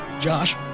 Josh